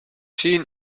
seen